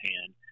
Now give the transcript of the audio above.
hand